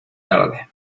tarde